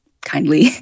kindly